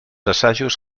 assajos